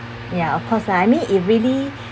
ya of course lah I mean it really